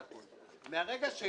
42 אלפי ש"ח למימון הרשאות שניתנו בשנה